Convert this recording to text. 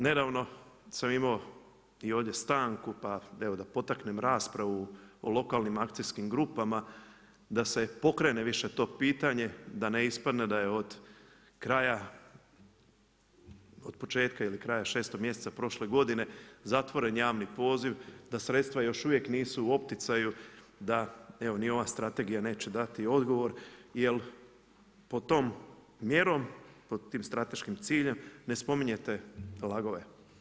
Nedavno sam imao i ovdje stanku, pa evo da potaknem raspravu o lokalnim akcijskim grupama, da se pokrene više to pitanje da ne ispadne da je od kraja, od početka ili kraja 6. mjeseca prošle godine zatvoren javni poziv, da sredstva još uvijek nisu u opticaju, da evo ni ova strategija neće dati odgovor jer pod tom mjerom, pod tim strateškim ciljem ne spominjete LAG-ove.